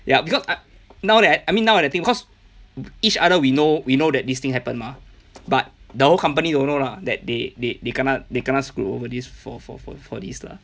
ya because I now that I mean now that I think cause each other we know we know that this thing happen mah but the whole company don't know lah that they they they kena they kena screw over this for for for for this lah